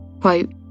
Quote